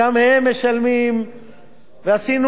עשינו רוויזיה בכל נושא ההיוון.